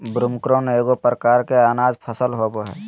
broomcorn एगो प्रकार के अनाज फसल होबो हइ